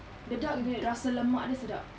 the duck rasa lemak dia sedap